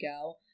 go